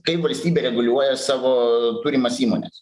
kaip valstybė reguliuoja savo turimas įmones